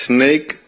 Snake